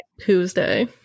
Tuesday